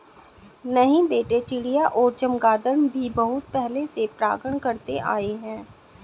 नहीं बेटे चिड़िया और चमगादर भी बहुत पहले से परागण करते आए हैं